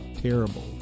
terrible